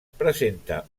presenta